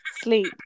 sleep